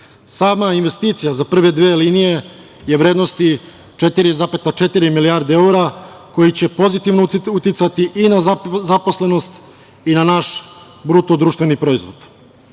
investicija za prve dve linije je vrednosti 4,4 milijarde evra, koji će pozitivno uticati i na zaposlenost i na naš BDP. Početak izgradnje